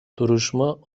duruşma